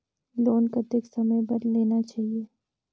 Loan कतेक समय बर लेना चाही?